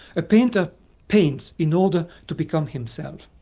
painter paints in order to become himself.